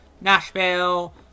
Nashville